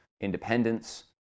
independence